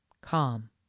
calm